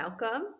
Welcome